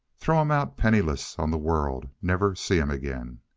throw him out penniless on the world, never see him again.